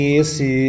esse